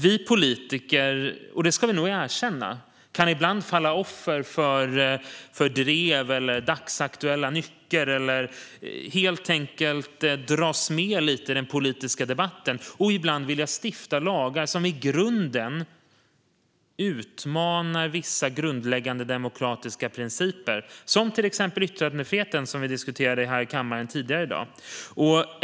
Vi politiker - det ska vi nog erkänna - kan ibland falla offer för drev och dagsaktuella nycker, helt enkelt dras med lite i den politiska debatten, och vilja stifta lagar som i grunden utmanar vissa grundläggande demokratiska principer, till exempel yttrandefriheten som vi diskuterade tidigare i dag här i kammaren.